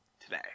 today